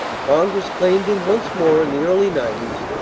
congress claimed him once more in the early ninety s,